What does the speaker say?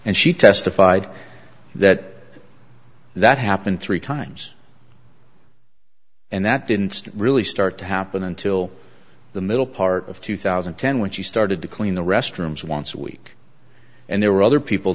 and she testified that that happened three times and that didn't really start to happen until the middle part of two thousand and ten when she started to clean the restrooms once a week and there were other people